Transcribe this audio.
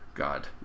God